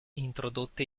introdotte